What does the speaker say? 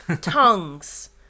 tongues